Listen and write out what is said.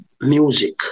music